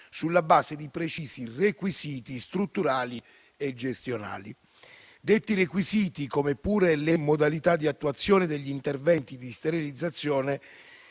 sulla base di precisi requisiti strutturali e gestionali. Detti requisiti, come pure le modalità di attuazione degli interventi di sterilizzazione,